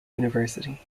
university